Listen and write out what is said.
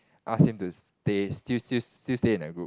ask him to stay still still still stay in that group